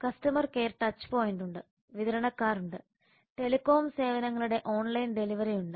customer care touch point ഉണ്ട് വിതരണക്കാർ ഉണ്ട് ടെലികോം സേവനങ്ങളുടെ ഓൺലൈൻ ഡെലിവറി ഉണ്ട്